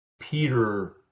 Peter